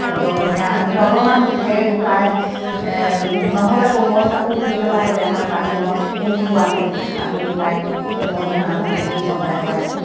সযতনে আমি অলপমান খেৰ গোটাই নহ'লে কোমল কাপোৰ দি পেলাইও এটা কাৰ্টুনত উম পোৱাকে আমি তাইক উমনি বাঁহটো দিলেও সজাই পৰাই